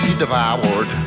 devoured